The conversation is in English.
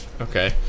Okay